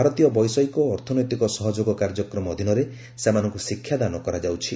ଭାରତୀୟ ବୈଷିୟକ ଓ ଅର୍ଥନୈତିକ ସହଯୋଗ କାର୍ଯ୍ୟକ୍ରମ ଅଧୀନରେ ସେମାନଙ୍କୁ ଶିକ୍ଷାଦାନ କରାଯାଉଛି